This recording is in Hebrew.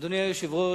אדוני היושב-ראש,